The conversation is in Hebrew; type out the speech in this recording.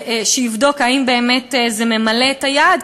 שיבדוק אם באמת זה מביא אל היעד,